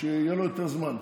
שיהיה לו יותר זמן.